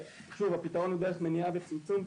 הפתרון הוא דרך מניעה וצמצום,